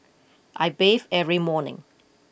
I bathe every morning